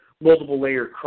multiple-layer